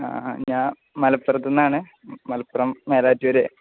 ആ ഞാൻ മലപ്പുറത്ത് നിന്നാണ് മലപ്പുറം മേലാറ്റൂര്